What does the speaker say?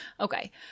Okay